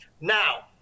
Now